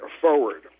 forward